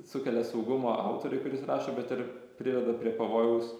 sukelia saugumo autoriui kuris rašo bet ir priveda prie pavojaus